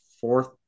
fourth